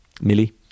Millie